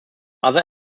other